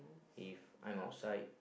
if I'm outside